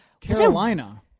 Carolina